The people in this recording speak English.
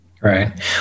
Right